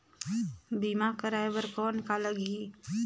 बीमा कराय बर कौन का लगही?